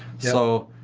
so,